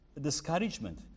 discouragement